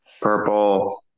Purple